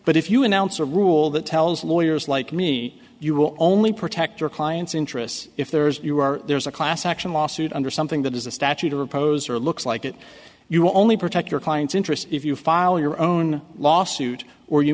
but if you announce a rule that tells lawyers like me you will only protect your client's interests if there is you are there's a class action lawsuit under something that is a statute or a poser looks like it you only protect your client's interests if you file your own lawsuit or you